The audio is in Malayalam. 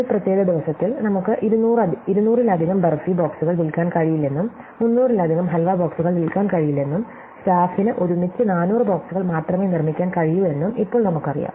ഒരു പ്രത്യേക ദിവസത്തിൽ നമുക്ക് 200 ലധികം ബാർഫി ബോക്സുകൾ വിൽക്കാൻ കഴിയില്ലെന്നും 300 ലധികം ഹൽവ ബോക്സുകൾ വിൽക്കാൻ കഴിയില്ലെന്നും സ്റ്റാഫിന് ഒരുമിച്ച് 400 ബോക്സുകൾ മാത്രമേ നിർമ്മിക്കാൻ കഴിയൂ എന്നും ഇപ്പോൾ നമുക്കറിയാം